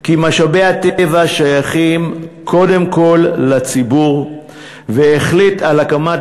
כי משאבי הטבע שייכים קודם כול לציבור והחליט על הקמת